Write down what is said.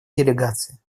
делегации